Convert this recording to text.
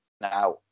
Now